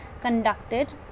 conducted